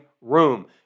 room